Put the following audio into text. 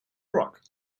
truck